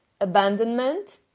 abandonment